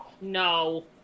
No